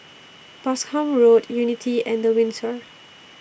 Boscombe Road Unity and The Windsor